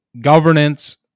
governance